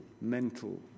mental